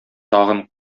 тагын